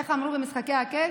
איך אמרו במשחקי הכס?